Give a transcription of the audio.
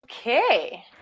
Okay